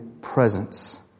presence